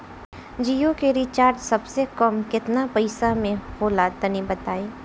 जियो के रिचार्ज सबसे कम केतना पईसा म होला तनि बताई?